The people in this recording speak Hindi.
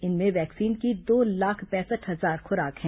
इसमें वैक्सीन की दो लाख पैंसठ हजार खुराक हैं